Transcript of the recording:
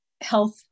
health